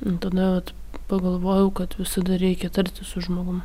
nu tada vat pagalvojau kad visada reikia tartis su žmogum